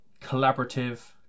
collaborative